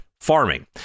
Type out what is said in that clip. farming